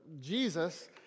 Jesus